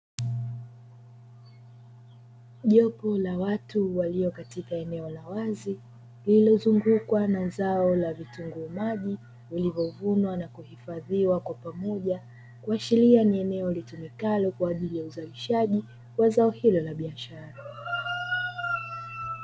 Jopo la watu walio katika eneo la wazi lililozungukwa na zao la vitunguu maji vilivyovunwa na kuhifadhiwa kwa pamoja, kuashiria ni eneo litumikalo kwa ajili ya uzalishaji wa zao hilo la biashara.